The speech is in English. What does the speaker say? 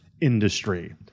industry